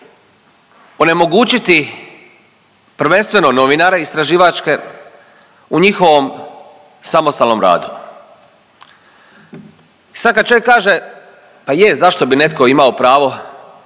onemogućiti prvenstveno novinare istraživačke u njihovom samostalnom radu. I sad kad čovjek kaže pa je zašto bi netko imao pravo